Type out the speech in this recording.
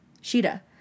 Sheeta